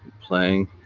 playing